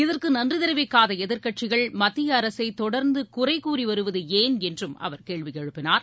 இதற்கு நன்றி தெரிவிக்காத எதிர்க்கட்சிகள் மத்திய அரசை தொடர்ந்து குறை கூறிவருவது ஏன் என்றும் அவர் கேள்வி எழுப்பினார்